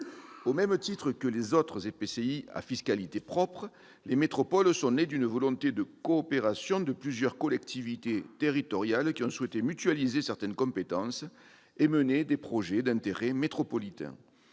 Au même titre que les autres EPCI à fiscalité propre, les métropoles sont nées d'une volonté de coopération de plusieurs collectivités territoriales qui ont souhaité mutualiser certaines compétences et mener des projets d'intérêt métropolitain.